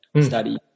study